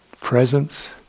presence